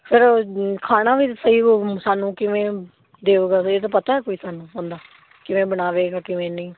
ਫਿਰ ਉਹ ਖਾਣਾ ਵੀ ਸਹੀ ਉਹ ਸਾਨੂੰ ਕਿਵੇਂ ਦੇਊਗਾ ਇਹ ਤਾਂ ਪਤਾ ਕੋਈ ਤੁਹਾਨੂੰ ਉਹਦਾ ਕਿਵੇਂ ਬਣਾਵੇਗਾ ਕਿਵੇਂ ਨਹੀਂ